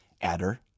adder